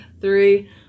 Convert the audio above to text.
three